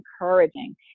encouraging